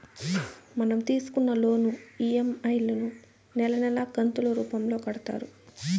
మనం తీసుకున్న loan EMI లను నెలా నెలా కంతులు రూపంలో కడతారు